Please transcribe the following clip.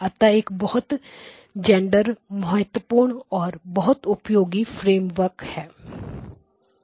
अतः एक बहुत जेंडर महत्वपूर्ण और बहुत उपयोगी फ्रेमवर्क है यह